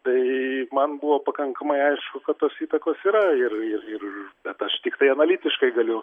tai man buvo pakankamai aišku kad tos įtakos yra ir ir ir bet aš tiktai analitiškai galiu